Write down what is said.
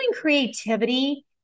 creativity